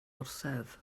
orsedd